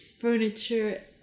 furniture